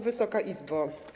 Wysoka Izbo!